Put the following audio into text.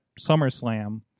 SummerSlam